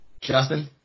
Justin